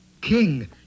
King